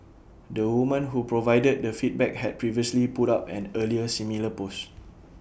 the woman who provided the feedback had previously put up an earlier similar post